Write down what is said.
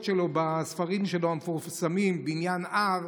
שלו בספרים המפורסמים שלו: בניין אב,